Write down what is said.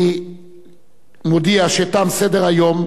אני מודיע שתם סדר-היום.